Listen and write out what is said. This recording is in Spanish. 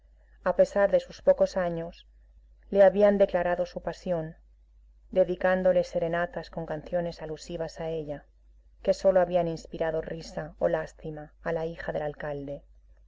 a pesar de sus pocos años le habían declarado su pasión dedicándole serenatas con canciones alusivas a ella que solo habían inspirado risa o lástima a la hija del alcalde